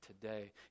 today